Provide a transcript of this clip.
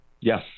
yes